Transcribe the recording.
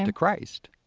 and christ.